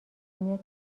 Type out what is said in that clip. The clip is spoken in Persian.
میاد